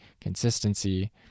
consistency